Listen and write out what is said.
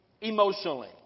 emotionally